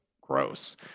gross